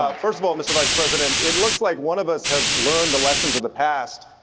ah first of all, mr. vice president, it looks like one of us has learned the lessons of the past,